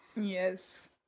Yes